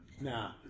Nah